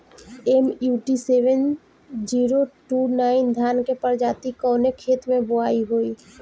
MUT seven zero two nine धान के प्रजाति कवने खेत मै बोआई होई?